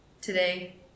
today